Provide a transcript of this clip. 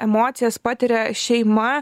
emocijas patiria šeima